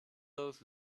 those